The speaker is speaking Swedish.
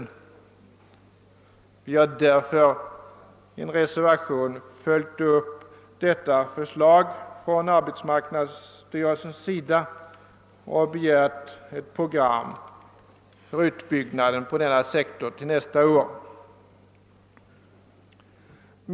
Folkpartiets representanter har därför i reservationen 3 följt upp detta förslag från arbetsmarknadsstyrelsen och begärt ett program för utbyggnaden inom denna sektor till nästa år.